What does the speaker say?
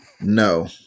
No